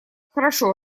хорошо